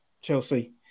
Chelsea